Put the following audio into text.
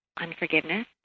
unforgiveness